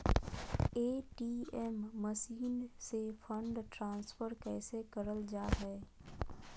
ATM machine से fund transfer कैसे करल जा है?